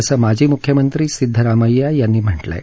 असं माजी मुख्यमंत्री सिद्धारमैय्या यांनी म्हटलं आहे